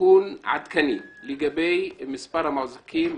עדכון עדכני לגבי מספר המועסקים,